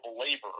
labor